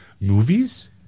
movies